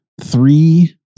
three